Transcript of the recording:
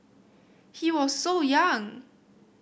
he was so young